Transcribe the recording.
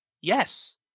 Yes